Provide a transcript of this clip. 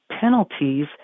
penalties